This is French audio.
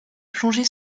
plongée